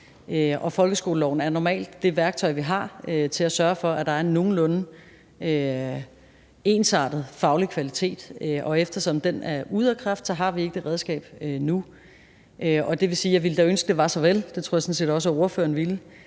Folkeskoleloven er normalt det værktøj, vi har til at sørge for, at der er en nogenlunde ensartet faglig kvalitet, og eftersom den er sat ud af kraft, har vi ikke det redskab nu. Og det vil sige, at jeg da ville ønske, det var så vel – det tror jeg sådan set også at spørgeren ville.